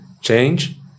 change